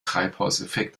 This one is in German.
treibhauseffekt